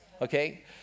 okay